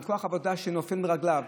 עם כוח עבודה שנופל מרגליו,